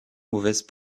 mauvaise